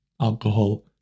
alcohol